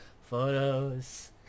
photos